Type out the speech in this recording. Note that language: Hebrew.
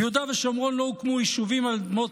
ביהודה ושומרון לא הוקמו יישובים על אדמות